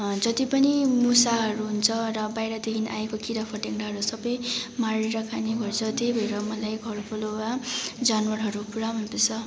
जति पनि मुसाहरू हुन्छ र बाहिरदेखि आएको किरा फट्याङ्ग्राहरू सबै मारेर खाने गर्छ त्यही भएर मलाई घरपलुवा जानवरहरू पुरा मनपर्छ